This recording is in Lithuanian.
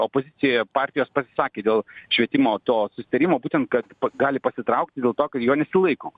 opozicijoje partijos pasisakė dėl švietimo to susitarimo būtent kad gali pasitraukti dėl to kad jo nesilaiko